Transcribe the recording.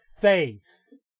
face